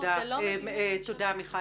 תודה.